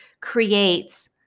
creates